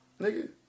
nigga